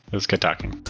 it was good talking.